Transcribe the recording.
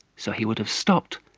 so he would have stopped,